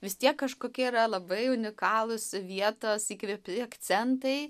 vis tiek kažkokie yra labai unikalūs vietos įkvėpti akcentai